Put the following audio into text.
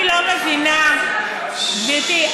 גברתי,